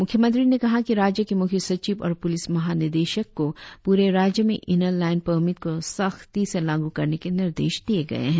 मुख्यमंत्री ने कहा कि राज्य के मुख्य सचिव और पुलिस महानिदेशक को पूरे राज्य में इनर लाईन परमिट को सख्ती से लागू करने के निर्देश दिये गए है